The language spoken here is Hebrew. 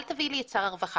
אל תביאי לי את שר הרווחה,